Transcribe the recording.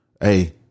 Hey